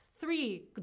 Three